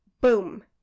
Boom